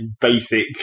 basic